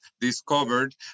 discovered